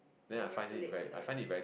never too late to learn